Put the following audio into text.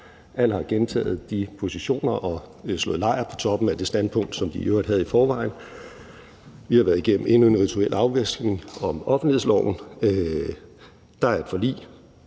Alle har gentaget de positioner og slået lejr på toppen af det standpunkt, som de i øvrigt havde i forvejen, vi har været igennem endnu en rituel afvaskning om offentlighedsloven. Der er et forlig,